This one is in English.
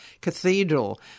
cathedral